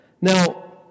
Now